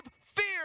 fear